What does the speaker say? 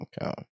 Okay